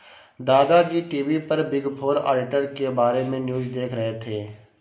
दादा जी टी.वी पर बिग फोर ऑडिटर के बारे में न्यूज़ देख रहे थे